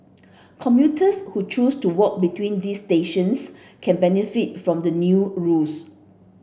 commuters who choose to walk between these stations can benefit from the new rules